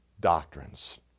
doctrines